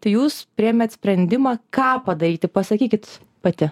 tai jūs priėmėt sprendimą ką padaryti pasakykit pati